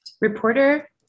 reporter